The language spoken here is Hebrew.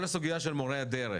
כל הסוגייה של מורי הדרך,